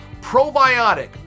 probiotic